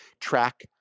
track